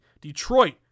Detroit